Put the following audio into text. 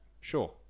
Sure